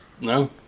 No